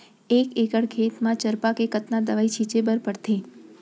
एक एकड़ खेत म चरपा के कतना दवई छिंचे बर पड़थे?